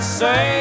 say